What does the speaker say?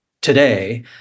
today